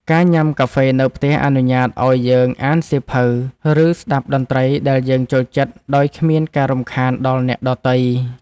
ការញ៉ាំកាហ្វេនៅផ្ទះអនុញ្ញាតឱ្យយើងអានសៀវភៅ ឬស្ដាប់តន្ត្រីដែលយើងចូលចិត្តដោយគ្មានការរំខានដល់អ្នកដទៃ។